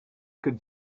could